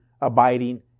abiding